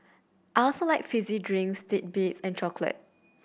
I also like fizzy drinks titbits and chocolate